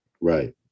Right